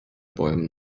bäumen